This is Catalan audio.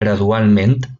gradualment